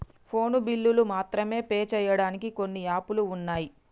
phone బిల్లులు మాత్రమే pay చెయ్యడానికి కొన్ని యాపులు వున్నయ్